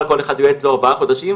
ואצל כל אחד מהם הוא יהיה ארבעה חודשים,